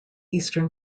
eastern